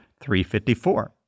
354